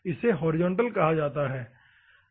इसे हॉरिजॉन्टल कहा जाता है ठीक है